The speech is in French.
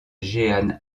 jehan